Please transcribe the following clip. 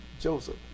Joseph